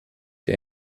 der